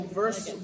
verse